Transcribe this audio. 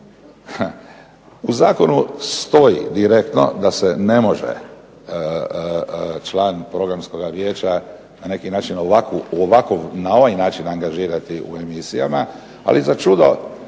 U zakonu stoji direktno da se ne može član Programskoga vijeća na neki način u ovako, na ovaj način angažirati u emisijama, ali začudo